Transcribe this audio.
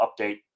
update